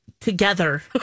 Together